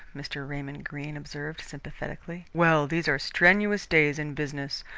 mr. raymond greene observed sympathetically. well, these are strenuous days in business.